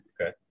Okay